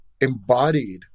embodied